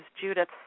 Judith